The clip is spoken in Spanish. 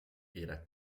era